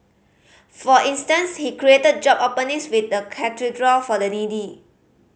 for instance he created job openings with the Cathedral for the needy